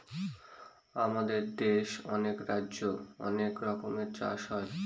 আমাদের দেশে অনেক রাজ্যে অনেক রকমের চাষ হয়